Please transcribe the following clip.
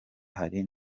hari